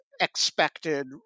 expected